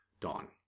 dawn